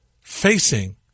facing